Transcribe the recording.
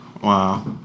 Wow